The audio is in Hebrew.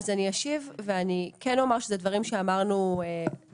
אני אשיב ואני כן אומר שזה דברים שאמרנו גם